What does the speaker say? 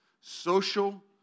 social